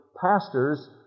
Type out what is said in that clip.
pastors